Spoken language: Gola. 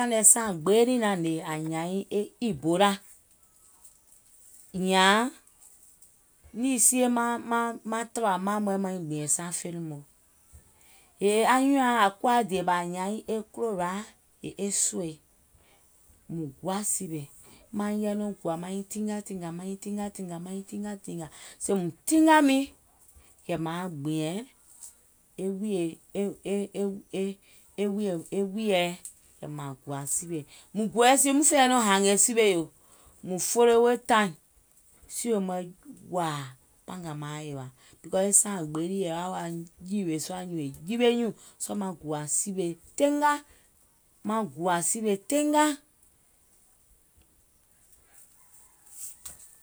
Taìŋ nɛ sàaŋ gbee lii naŋ hnè àŋ nyaaŋ Ìbolà, nìì sie maŋ tàwà maì mɔ̀ɛ̀ maiŋ gbìàŋ saaŋ fenìŋ mɔ̀ɛ̀. Yèè anyùùŋ àŋ kuwa dèè bà àŋ nyaaŋ kulòraà yèè e sòi, mùŋ guà sìwè, maiŋ yai nɔŋ tingatìngà maiŋ tingatìngà maiŋ tingatìngà maiŋ tingatìnà, sèèùm tingà miŋ, kɛ̀ màaŋ gbìɛ̀ŋ e wùìyèɛ, kɛ̀ màŋ gùà sìwè, mùŋ guo sìwè. Mùŋ guo sìwè muŋ fè yɛi nɔŋ hààngè sìwèo, mùŋ folo weè taìŋ siwè mɔ̀ɛ̀ wòà pàngàà maaŋ yèwà, because e sàaŋ gbee lii è yaà wa jìwè sùà nyùùŋ, è jiwe nyùùŋ. Sɔɔ̀ maŋ gùà sìwè teenga, maŋ gùà sìwè teenga.